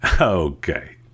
Okay